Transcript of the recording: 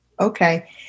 okay